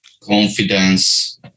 Confidence